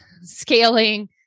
scaling